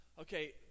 Okay